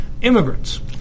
immigrants